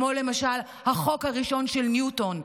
כמו למשל החוק הראשון של ניוטון,